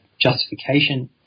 justification